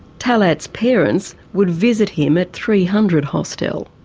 talet's parents would visit him at three hundred hostel.